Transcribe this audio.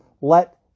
Let